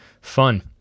fun